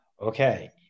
Okay